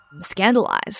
scandalized